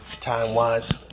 time-wise